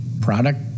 product